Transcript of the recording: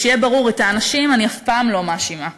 ושיהיה ברור: את האנשים אני אף פעם לא מאשימה.